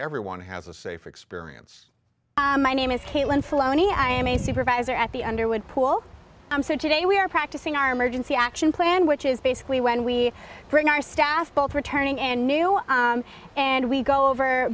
everyone has a safe experience my name is caitlin flown e i am a supervisor at the underwood pool i'm so today we are practicing our emergency action plan which is basically when we bring our staff both returning and new and we go over